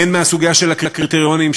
הן מהסוגיה של הקריטריונים,